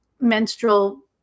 menstrual